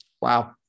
Wow